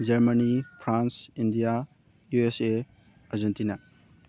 Germany France India U S A Argentina